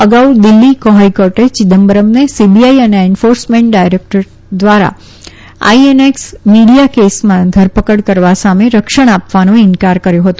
અગાઉ દિલ્હી હાઈકોર્ટે ચિદમ્બરમને સીબીઆઈ અને એનફોર્સમેન્ટ ડાયરોકરેટ ધ્વારા આઈએનએકસ મીડીયા કેસમાં ધરપકડ કરવા સામે રક્ષણ આપવાનો ઈન્કાર કર્યો હતો